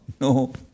no